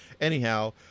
Anyhow